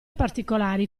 particolari